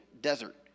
desert